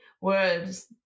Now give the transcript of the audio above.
words